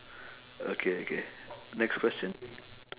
okay okay next question